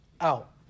out